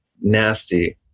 nasty